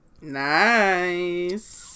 Nice